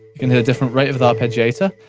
into a different rate of the arpeggiator.